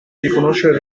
riconoscer